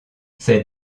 ces